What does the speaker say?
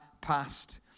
past